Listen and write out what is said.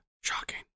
Shocking